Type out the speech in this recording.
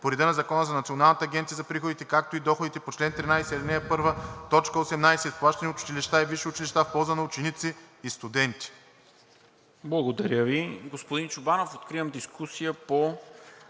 по реда на Закона за Националната агенция за приходите, както и доходите по чл. 13, ал. 1, т. 18, изплащани от училища и висши училища в полза на ученици и студенти.“